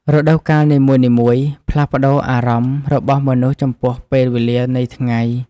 រដូវកាលនីមួយៗផ្លាស់ប្តូរអារម្មណ៍របស់មនុស្សចំពោះពេលវេលានៃថ្ងៃ។